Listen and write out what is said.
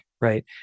right